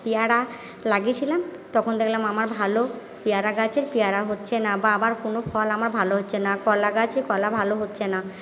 পেয়ারা লাগিয়েছিলাম তখন দেখলাম আমার ভালো পেয়ারা গাছের পিয়ারা হচ্ছে না বা আবার কোনো ফল আমার ভালো হচ্ছে না কলা গাছে কলা ভালো হচ্ছে না